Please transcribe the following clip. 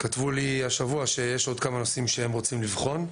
הם כתבו לי השבוע שיש עוד כמה נושאים שהם רוצים לבחון.